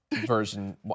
version